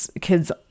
kids